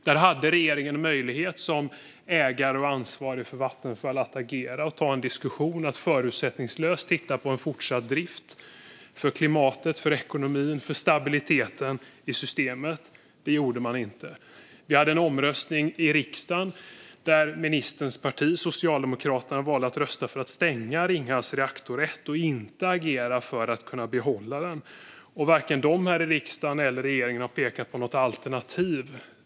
Där hade regeringen möjlighet som ägare och ansvarig för Vattenfall att agera, att ta en diskussion och att förutsättningslöst titta på en fortsatt drift för klimatet, för ekonomin och för stabiliteten i systemet. Det gjorde man inte. Vi hade en omröstning i riksdagen där ministerns parti, Socialdemokraterna, valde att rösta för att stänga Ringhals reaktor 1 och inte agera för att kunna behålla den. Varken Socialdemokraterna här i riksdagen eller regeringen har pekat på något alternativ.